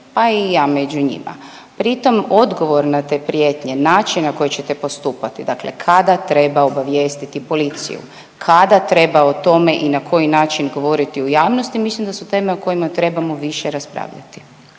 pa i ja među njima. Pritom odgovor na te prijetnje, način na koji ćete postupati, dakle kada treba obavijestiti policiju, kada treba o tome i na koji način govoriti u javnosti, mislim da su teme o kojima trebamo više raspravljati.